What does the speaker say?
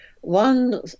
One